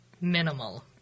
minimal